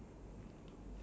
true